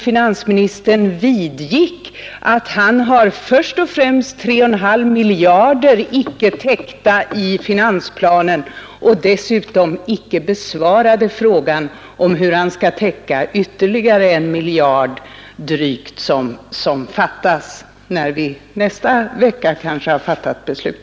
Finansministern vidgick att han har underskott på dryga tre och en halv miljarder som inte har täckning i finansplanen. Dessutom besvarade han inte frågan hur han skall få den ytterligare miljard som fattas när vi nästa vecka har fattat våra beslut.